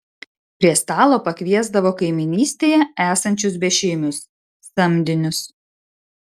prie stalo pakviesdavo kaimynystėje esančius bešeimius samdinius